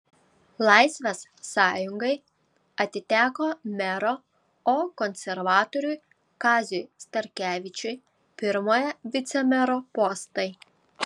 laisvės sąjungai atiteko mero o konservatoriui kaziui starkevičiui pirmojo vicemero postai